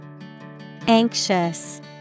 Anxious